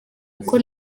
uko